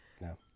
No